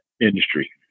industry